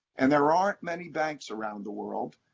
and there aren't many banks around the world.